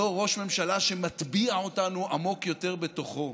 לא ראש ממשלה שמטביע אותנו עמוק יותר בתוכו.